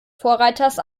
vorreiters